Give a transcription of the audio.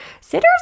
Sitters